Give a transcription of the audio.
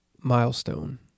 milestone